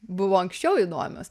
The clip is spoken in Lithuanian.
buvo anksčiau įdomios